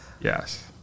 Yes